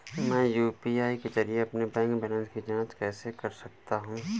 मैं यू.पी.आई के जरिए अपने बैंक बैलेंस की जाँच कैसे कर सकता हूँ?